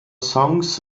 songs